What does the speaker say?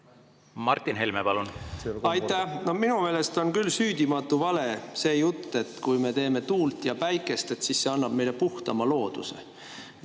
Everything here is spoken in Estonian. Martin Helme, palun! Aitäh! Minu meelest on küll süüdimatult vale see jutt, et kui me teeme [energiat] tuule ja päikese abil, siis see annab meile puhtama looduse.